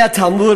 מהתלמוד,